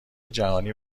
جهانی